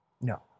No